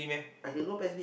I can go